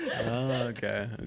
okay